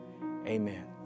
amen